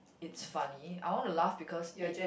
it's funny I want to laugh because it